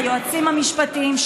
היועצים המשפטיים,